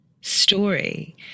story